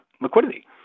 liquidity